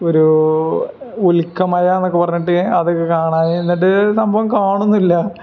ഒരു ഉൽക്ക മഴ എന്നൊക്കെ പറഞ്ഞിട്ട് അത് കാണാനിരുന്നിട്ട് സംഭവം കാണുന്നില്ല